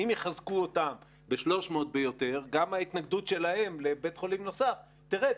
אם יחזקו אותו ב-300 מיטות גם ההתנגדות שלהם לבית חולים נוסף תרד,